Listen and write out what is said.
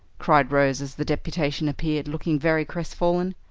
cried rose as the deputation appeared, looking very crestfallen.